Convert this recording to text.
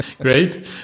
great